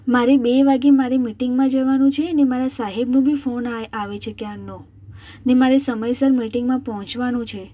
મારી બે વાગ્યે મારે મિટિંગમાં જવાનું છે અને મારા સાહેબનો બી ફોન આવે છે ક્યારનો ને મારે સમયસર મિટિંગમાં પહોંચવાનું છે